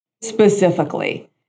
specifically